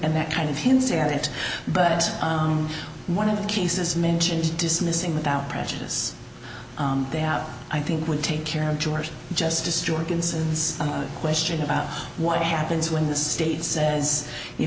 and that kind of hinted at it but it's one of the cases mentioned dismissing without prejudice they have i think would take care of jurors justice jorgensen's question about what happens when the state says you